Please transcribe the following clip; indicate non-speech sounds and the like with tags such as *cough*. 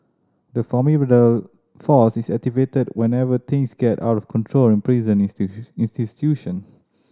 the formidable force is activated whenever things get out of control in prison *unintelligible* institution